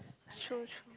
true true